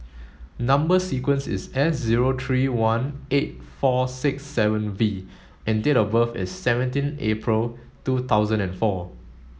number sequence is S zero three one eight four six seven V and date of birth is seventeen April two thousand and four